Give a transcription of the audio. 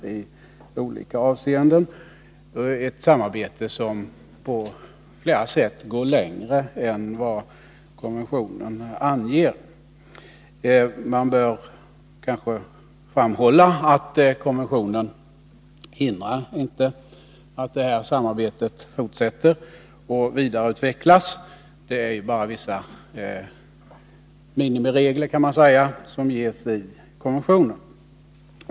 Det är ett samarbete som på flera sätt går längre än vad konventionen anger. Man bör kanske framhålla att konventionen inte hindrar att detta samarbete fortsätter och vidareutvecklas. Det är ju bara vissa minimiregler som anges i konventionen.